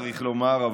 צריך לומר,